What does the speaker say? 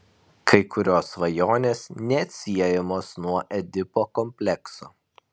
kai kurios svajonės neatsiejamos nuo edipo komplekso